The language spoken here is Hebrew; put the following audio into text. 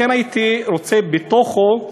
לכן הייתי רוצה בתוכו,